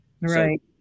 right